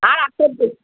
হ্যাঁ আর